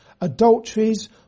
adulteries